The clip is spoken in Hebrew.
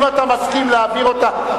אם אתה מסכים להעביר אותה,